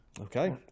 okay